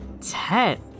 Ten